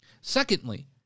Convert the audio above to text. Secondly